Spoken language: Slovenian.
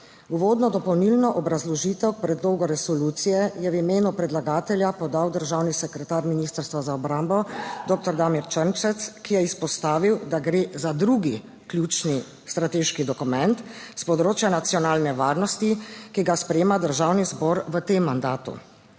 Uvodno dopolnilno obrazložitev k predlogu resolucije je v imenu predlagatelja podal državni sekretar Ministrstva za obrambo dr. Damir Črnčec, ki je izpostavil, da gre za drugi ključni strateški dokument s področja nacionalne varnosti, ki ga sprejema Državni zbor v tem mandatu.